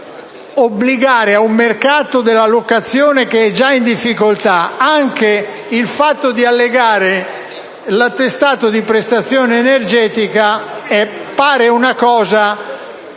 obbligare un mercato della locazione che è già in difficoltà ad allegare anche l'attestato di prestazione energetica pare una cosa